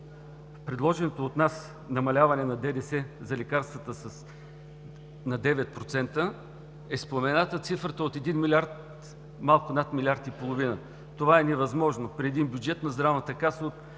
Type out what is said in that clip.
предложеното от нас намаляване на ДДС за лекарствата на 9% е спомената цифрата от един милиард – малко над милиард и половина. Това е невъзможно при бюджет на Здравната каса